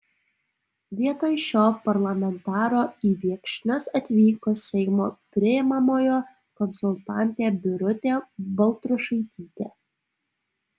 vietoj šio parlamentaro į viekšnius atvyko seimo priimamojo konsultantė birutė baltrušaitytė